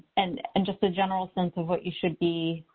and and just the general sense of what you should be,